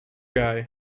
guy